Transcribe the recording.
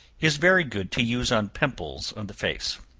is very good to use on pimples on the face.